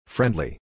Friendly